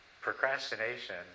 procrastination